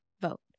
vote